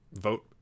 vote